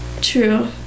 True